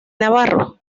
navarro